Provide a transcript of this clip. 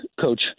Coach